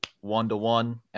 one-to-one